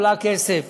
עולה כסף,